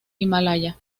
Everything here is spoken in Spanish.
himalaya